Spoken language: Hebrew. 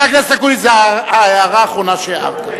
זאת ההערה האחרונה שהערת.